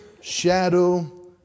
shadow